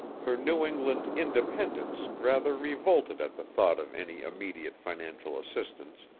her new england independence rather revolted at the thought of any immediate financial assistance,